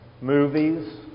movies